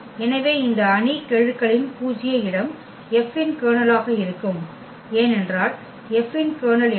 எனவே இந்த அணி கெழுக்களின் பூஜ்ய இடம் F இன் கர்னலாக இருக்கும் ஏனென்றால் F இன் கர்னல் என்ன